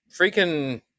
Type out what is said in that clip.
freaking